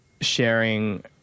sharing